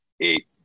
eight